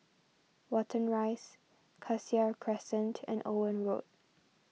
Watten Rise Cassia Crescent and Owen Road